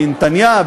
בנתניה,